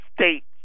States